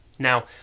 Now